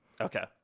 Okay